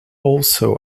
also